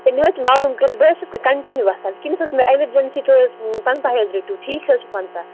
مےٚ حظ چھُ معلوٗم کٔرِتھ بہٕ حظ چھٮَس کَنٹِنیو گَژھان وُنکٮیٚس چھِ مےٚ ایٚمَرجینسی پنٛژاے حظ رٔٹیو ٹھیٖکھ حظ چھِ پنٛژاہ